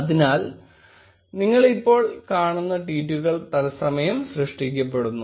അതിനാൽ നിങ്ങൾ ഇപ്പോൾ കാണുന്ന ട്വീറ്റുകൾ തത്സമയം സൃഷ്ടിക്കപ്പെടുന്നു